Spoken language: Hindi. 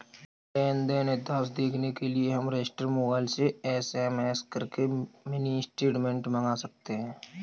लेन देन इतिहास देखने के लिए हम रजिस्टर मोबाइल से एस.एम.एस करके मिनी स्टेटमेंट मंगा सकते है